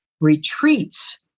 retreats